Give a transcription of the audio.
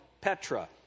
Petra